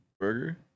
burger